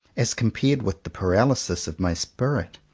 as compared with the paralysis of my spirit.